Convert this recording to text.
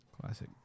Classic